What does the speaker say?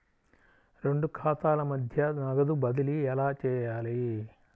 రెండు ఖాతాల మధ్య నగదు బదిలీ ఎలా చేయాలి?